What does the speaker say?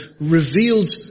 revealed